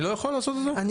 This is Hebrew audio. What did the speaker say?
אני לא יכול לעשות את זה?